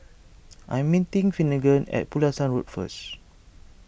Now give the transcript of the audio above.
I am meeting Finnegan at Pulasan Road first